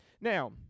Now